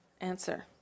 Answer